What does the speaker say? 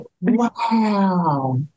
Wow